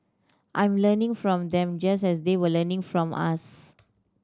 I'm learning from them just as they were learning from us